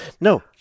No